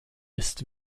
ist